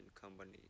company